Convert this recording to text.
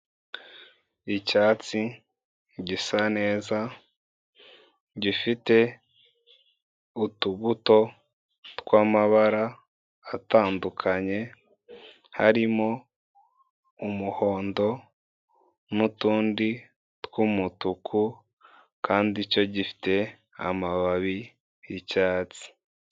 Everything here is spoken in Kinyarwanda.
Icyatsi gisa neza gifite utubuto tw'amabara atandukanye, harimo umuhondo n'utundi tw'umutuku kandi cyo gifite amababi y'icyatsi.